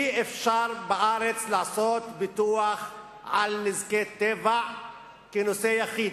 אי-אפשר לעשות בארץ ביטוח על נזקי טבע כנושא יחיד,